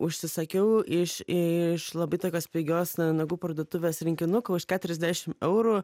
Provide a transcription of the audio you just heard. užsisakiau iš iš labai tokios pigios nagų parduotuvės rinkinuką už keturiasdešim eurų